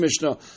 Mishnah